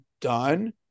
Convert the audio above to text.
done